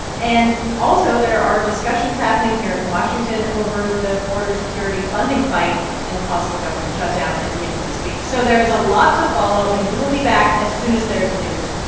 and also, there are discussions happening here in washington over the border security funding fight and the possible government shutdown at the end of this week. so there is a lot to follow, and we will be back as soon as there's news.